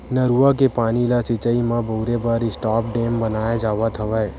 नरूवा के पानी ल सिचई म बउरे बर स्टॉप डेम बनाए जावत हवय